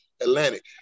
Atlantic